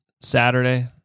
Saturday